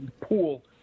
pool